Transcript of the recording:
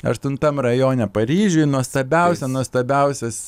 aštuntam rajone paryžiuj nuostabiausia nuostabiausias